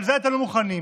לזה אתם לא מוכנים.